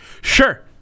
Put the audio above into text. Sure